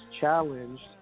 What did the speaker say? challenged